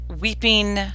weeping